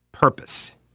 purpose